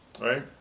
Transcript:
right